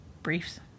Briefs